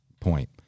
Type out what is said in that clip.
point